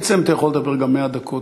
בעצם אתה יכול לדבר גם 100 דקות,